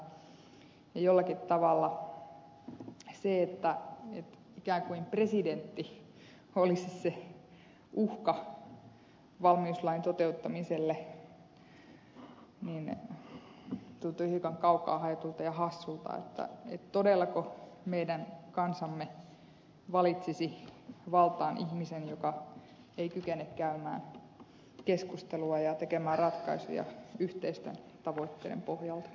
jollakin tavalla se että ikään kuin presidentti olisi se uhka valmiuslain toteuttamiselle tuntuu hiukan kaukaa haetulta ja hassulta että todellako meidän kansamme valitsisi valtaan ihmisen joka ei kykene käymään keskustelua ja tekemään ratkaisuja yhteisten tavoitteiden pohjalta